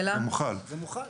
זה מוחל.